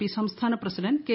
P സംസ്ഥാന president K